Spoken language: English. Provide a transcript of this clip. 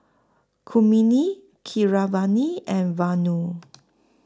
Kmini Keeravani and Vanu